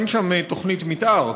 אין שם תוכנית מתאר,